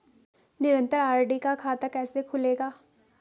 निरन्तर आर.डी का खाता कैसे खुलेगा?